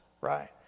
right